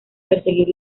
perseguir